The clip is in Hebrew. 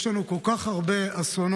יש לנו כל כך הרבה אסונות.